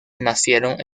nacieron